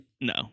No